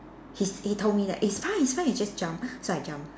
he's he told me that it's fine it's fine you just jump so I jumped